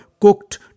cooked